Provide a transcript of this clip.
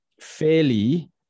fairly